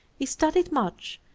he studied much,